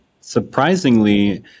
surprisingly